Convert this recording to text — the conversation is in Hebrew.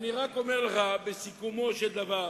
אני רק אומר לכם, בסיכומו של דבר: